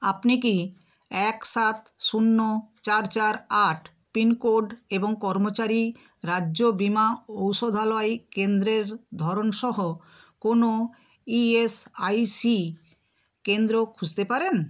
আপনি কি এক সাত শূন্য চার চার আট পিনকোড এবং কর্মচারী রাজ্য বীমা ঔষধালয় কেন্দ্রের ধরন সহ কোনও ইএসআইসি কেন্দ্র খুঁজতে পারেন